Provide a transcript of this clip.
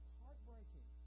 heartbreaking